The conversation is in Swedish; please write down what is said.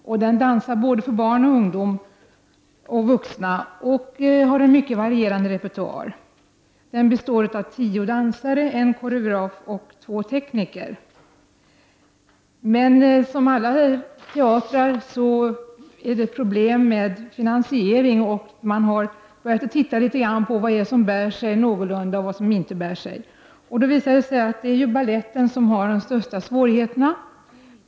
Den dansar för såväl barn och ungdomar som vuxna och har en mycket varierande repertoar. Den består av tio dansare, en koreograf och två tekniker. Men som alla teatrar har Östgötateatern problem med finansieringen och har börjat titta litet närmare på vad som bär sig och vad som inte bär sig. Det har då visat sig att baletten har de största svårigheterna.